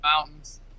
mountains